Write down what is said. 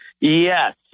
yes